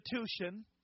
institution